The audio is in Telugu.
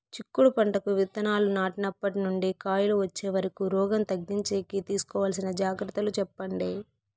చిక్కుడు పంటకు విత్తనాలు నాటినప్పటి నుండి కాయలు వచ్చే వరకు రోగం తగ్గించేకి తీసుకోవాల్సిన జాగ్రత్తలు చెప్పండి?